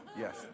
Yes